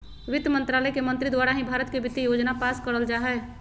वित्त मन्त्रालय के मंत्री द्वारा ही भारत के वित्तीय योजना पास करल जा हय